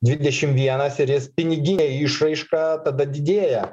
dvidešim vienas ir jis pinigine išraiška tada didėja